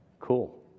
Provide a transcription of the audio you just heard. Cool